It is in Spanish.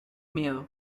miedo